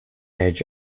edge